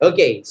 Okay